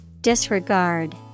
disregard